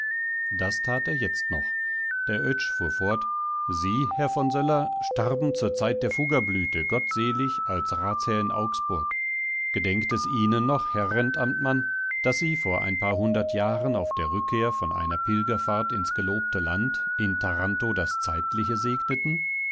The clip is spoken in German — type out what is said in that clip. das tat er jetzt noch der oetsch fuhr fort sie herr von söller starben zur zeit der fuggerblüte gottselig als ratsherr in augsburg gedenkt es ihnen noch herr rentamtmann daß sie vor ein paar hundert jahren auf der rückkehr von einer pilgerfahrt ins gelobte land in taranto das zeitliche segneten